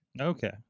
Okay